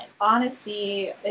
honesty